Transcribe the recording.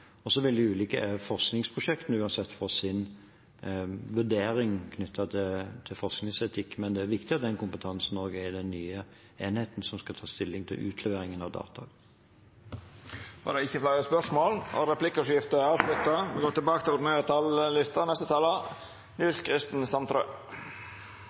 Så vil de ulike forskningsprosjektene uansett få sin vurdering knyttet til forskningsetikk, men det er viktig at den kompetansen også er i den nye enheten som skal ta stilling til utleveringen av data. Replikkordskiftet er avslutta. Det er ingenting som er så moro som når man som folkevalgt er med